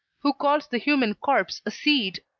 who calls the human corpse a seed